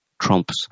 trump's